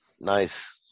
Nice